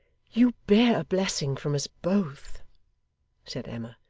you bear a blessing from us both said emma.